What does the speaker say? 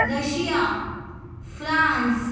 Russia France